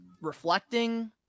reflecting